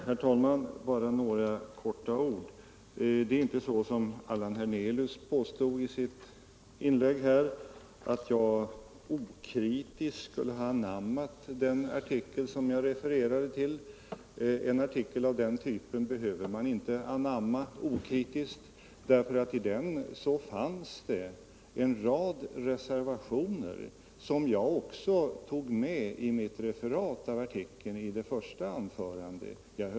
Herr talman! Bara några ord. Det är inte så som Allan Hernelius påstod i sitt inlägg här, att jag okritiskt skulle ha anammat den artikel som jag refererade till. En artikel av den typen behöver man inte anamma okritiskt, därför att i den fanns en rad reservationer som jag också tog med i mitt referat av artikeln i det första anförandet.